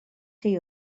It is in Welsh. chi